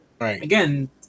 again